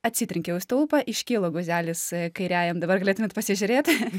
atsitrenkiau į stulpą iškilo guzelis kairiajam dabar galėtumėt pasižiūrėt